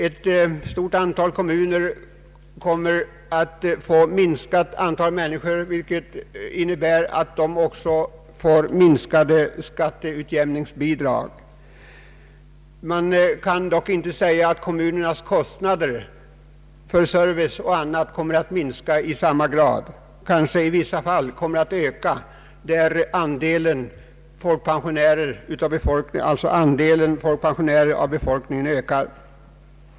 Ett stort antal kommuner kommer alt få ett minskat antal invånare, vilket innebär att de också får minskade skatteutjämningsbidrag. Det kan dock inte sägas att kommunernas kostnader för service och annat kommer att sjunka i samma grad utan kanske i stället i vissa fall kommer att öka i den mån andelen folkpensionärer av befolkningen blir större.